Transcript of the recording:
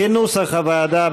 כנוסח הוועדה,